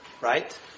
Right